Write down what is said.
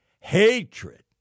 hatred